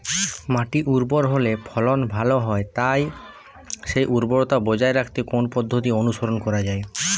মাটি উর্বর হলে ফলন ভালো হয় তাই সেই উর্বরতা বজায় রাখতে কোন পদ্ধতি অনুসরণ করা যায়?